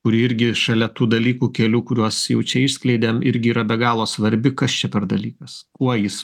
kuri irgi šalia tų dalykų kelių kuriuos jau čia išskleidėm irgi yra be galo svarbi kas čia per dalykas kuo jis